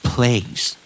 Place